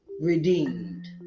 redeemed